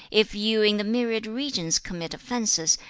if you in the myriad regions commit offences,